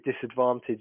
disadvantage